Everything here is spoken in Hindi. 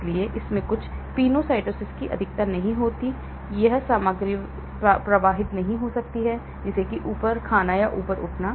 इसलिए इसमें इन पेनोसाइटोसिस की अधिकता नहीं होती है इसलिए यह सामग्री प्रवाहित नहीं हो सकती है जैसे कि ऊपर खाना या ऊपर उठना